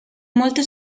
molte